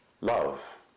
love